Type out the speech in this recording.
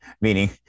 Meaning